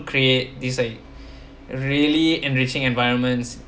create this like really enriching environment